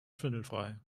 schwindelfrei